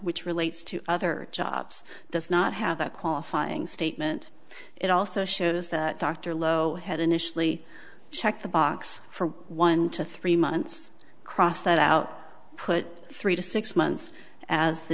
which relates to other jobs does not have a qualifying statement it also shows that dr low had initially checked the box for one to three months crossed that out put three to six months as the